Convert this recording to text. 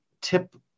tip